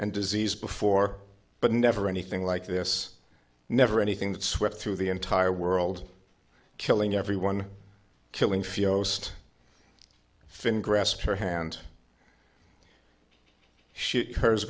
and disease before but never anything like this never anything that swept through the entire world killing everyone killing fios finn grasped her hand shoot hers